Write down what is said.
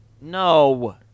No